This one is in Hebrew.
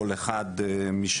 כל אחד משלו.